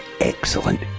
excellent